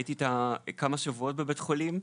הייתי איתה כמה שבועות בבית חולים.